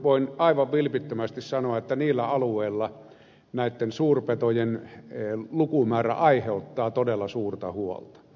voin aivan vilpittömästi sanoa että niillä alueilla näitten suurpetojen lukumäärä aiheuttaa todella suurta huolta